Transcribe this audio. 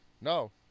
No